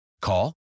Call